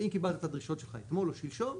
אם קיבלת את הדרישות שלך אתמול או שלשום,